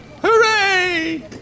hooray